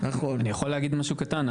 אני יכול להגיד משהו קטן?